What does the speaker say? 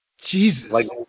Jesus